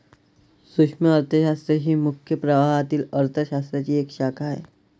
सूक्ष्म अर्थशास्त्र ही मुख्य प्रवाहातील अर्थ शास्त्राची एक शाखा आहे